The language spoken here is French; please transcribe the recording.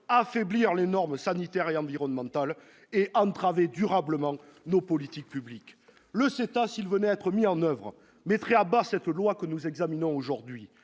affaiblir les normes sanitaires et environnementales et entraver durablement nos politiques publiques. Absolument ! Le CETA, s'il venait à être mis en oeuvre, mettrait à bas le projet de loi que nous examinons aujourd'hui.